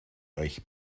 euch